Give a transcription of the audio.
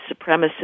supremacist